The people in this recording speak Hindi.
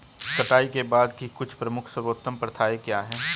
कटाई के बाद की कुछ प्रमुख सर्वोत्तम प्रथाएं क्या हैं?